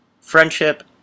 Friendship